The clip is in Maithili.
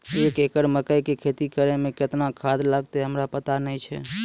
एक एकरऽ मकई के खेती करै मे केतना खाद लागतै हमरा पता नैय छै?